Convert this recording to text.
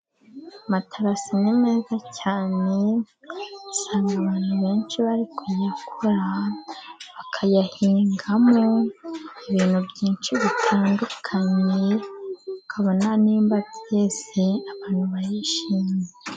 Amatarasi ni meza cyane usanga abantu benshi bari kuyakora bakayahingamo ibintu byinshi bitandukanye, ukabona niba byeze abantu barishimye.